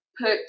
put